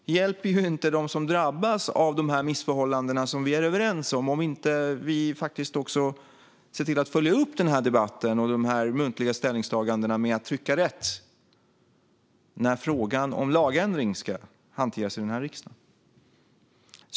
Det hjälper inte dem som drabbas av dessa missförhållanden, som vi är överens om, om vi inte också ser till att följa upp debatten och de muntliga ställningstagandena med att trycka rätt när frågan om lagändring ska hanteras i den här riksdagen.